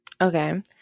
Okay